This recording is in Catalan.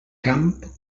camp